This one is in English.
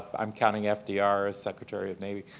i'm counting ah fdr secretary of navy.